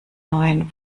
neuen